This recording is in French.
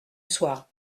soir